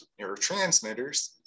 Neurotransmitters